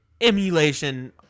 emulation